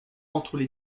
entre